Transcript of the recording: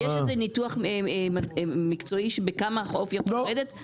סליחה אדוני, יש ניתוח בכמה הוא יכול לרדת?